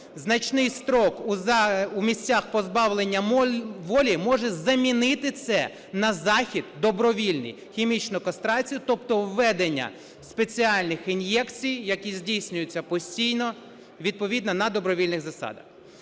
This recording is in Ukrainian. значний строк у місцях позбавлення волі може замінити це на захід добровільний – хімічну кастрацію, тобто введення спеціальних ін'єкцій, які здійснюються постійно відповідно на добровільних засадах.